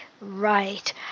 Right